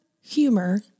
humor